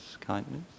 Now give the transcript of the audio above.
kindness